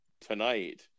tonight